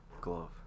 Glove